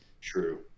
True